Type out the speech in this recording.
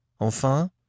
Enfin